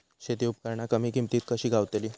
शेती उपकरणा कमी किमतीत कशी गावतली?